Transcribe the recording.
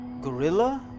gorilla